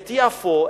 את יפו.